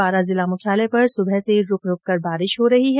बारां जिला मुख्यालय पर सुबह से रूक रूक कर बारिश हो रही है